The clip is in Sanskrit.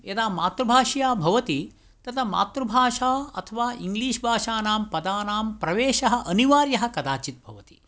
यदा मातृभाषया भवति अथवा इङ्ग्लीष् भाषानां पदानां प्रवेशः अनिवार्यः कदाचित् भवति